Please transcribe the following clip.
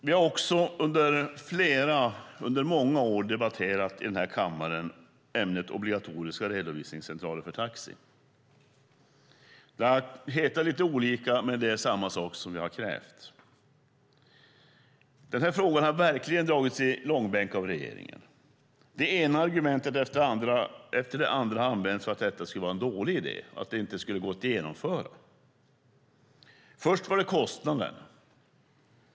Vi har under många år i kammaren debatterat ämnet obligatoriska redovisningscentraler för taxi. De har kallats för olika saker, men det är samma sak vi har krävt. Den här frågan har verkligen dragits i långbänk av regeringen. Det ena argumentet efter det andra har använts för att dessa redovisningscentraler skulle vara en dålig idé och inte genomförbar. Först var det kostnaden.